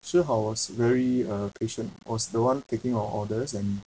shee hao was very uh patient was the one taking our orders and